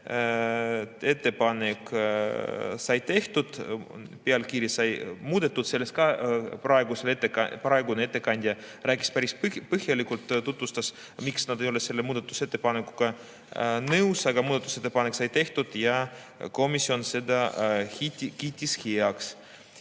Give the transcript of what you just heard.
Ettepanek sai tehtud, pealkiri sai muudetud. Sellest praegune ettekandja rääkis päris põhjalikult ja tutvustas, miks nad ei ole selle muudatusettepanekuga nõus, aga muudatusettepanek sai tehtud ja komisjon kiitis selle